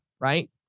right